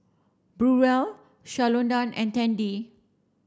Burrell Shalonda and Tandy